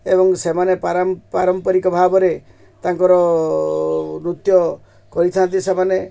ଏବଂ ସେମାନେ ପାରମ୍ପରିକ ଭାବରେ ତାଙ୍କର ନୃତ୍ୟ କରିଥାନ୍ତି ସେମାନେ